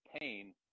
pain